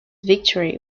victory